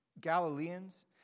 Galileans